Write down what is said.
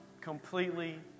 completely